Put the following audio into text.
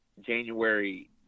january